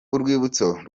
urwibutso